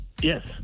Yes